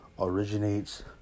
originates